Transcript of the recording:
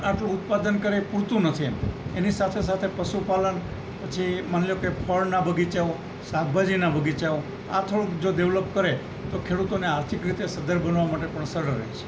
આટલું ઉત્પાદન કરે પૂરતું નથી એમ એની સાથે સાથે પશુપાલન પછી માની લ્યો કે ફળના બગીચાઓ શાકભાજીના બગીચાઓ આ થોડુંક જો ડેવલપ કરે તો ખેડૂતોને આર્થિક રીતે સદ્ધર બનવા માટે પણ સરળ રહેશે